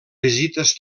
visites